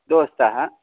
दोषाः